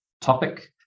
topic